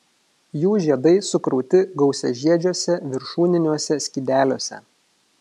jų žiedai sukrauti gausiažiedžiuose viršūniniuose skydeliuose